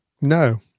no